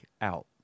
out